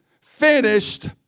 finished